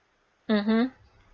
mmhmm